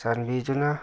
ꯆꯥꯟꯕꯤꯗꯨꯅ